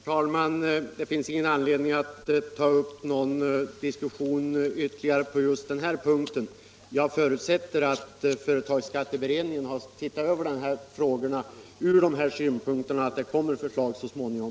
Herr talman! Det finns ingen anledning att ta upp någon ytterligare diskussion just på den här punkten. Jag förutsätter att företagsskatteberedningen ser över dessa frågor och beaktar de här synpunkterna och att det kommer förslag så småningom.